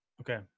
okay